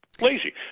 lazy